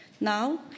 Now